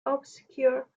obscure